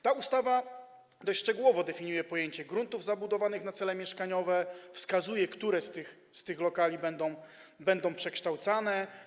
Ta ustawa dość szczegółowo definiuje pojęcie gruntów zabudowanych na cele mieszkaniowe, wskazuje, które z tych lokali będą przekształcane.